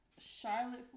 Charlotte